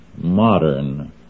modern